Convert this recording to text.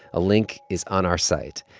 a link is on our site.